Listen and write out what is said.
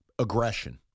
Aggression